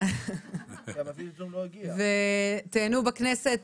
תיהנו ותלמדו בכנסת,